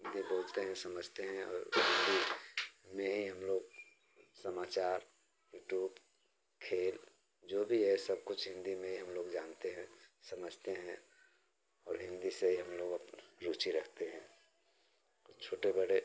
हिन्दी बोलते हैं समझते हैं और हिन्दी में ही हम लोग समाचार यूट्यूब खेल जो भी है सब कुछ हिन्दी में ही हम लोग जानते है समझते हैं और हिन्दी से ही हम लोग अप रुचि रखते हैं तो छोटे बड़े